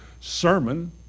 sermon